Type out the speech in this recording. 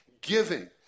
giving